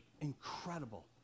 Incredible